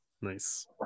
nice